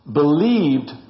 believed